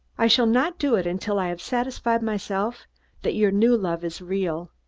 i shall not do it until i have satisfied myself that your new love is real,